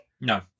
No